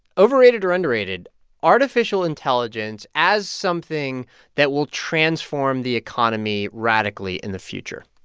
overrated or underrated artificial intelligence as something that will transform the economy radically in the future?